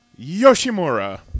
Yoshimura